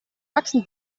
wachsen